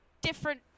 different